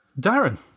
Darren